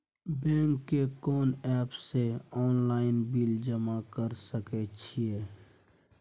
Bank के कोन app से ऑनलाइन बिल जमा कर सके छिए?